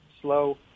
slow